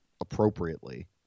appropriately